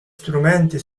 strumenti